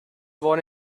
worn